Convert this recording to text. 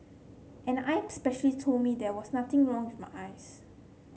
an eye specialist told me there was nothing wrong with my eyes